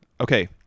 Okay